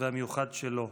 והמיוחד שלו.